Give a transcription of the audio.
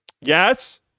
Yes